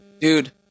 Dude